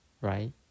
Right